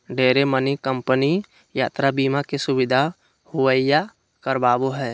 ढेरे मानी कम्पनी यात्रा बीमा के सुविधा मुहैया करावो हय